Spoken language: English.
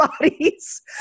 bodies